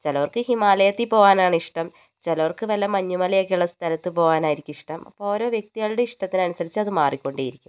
ചിലവർക്ക് ഹിമാലയത്തിൽ പോകാനാണ് ഇഷ്ടം ചിലവർക്ക് വല്ല മഞ്ഞുമലയൊക്കെ ഉള്ള സ്ഥലത്ത് പോകാൻ ആയിരിക്കും ഇഷ്ടം അപ്പോൾ ഓരോ വ്യക്തികളുടെ ഇഷ്ടത്തിനനുസരിച്ച് അത് മാറിക്കൊണ്ടേയിരിക്കും